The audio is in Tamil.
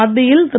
மத்தியில் திரு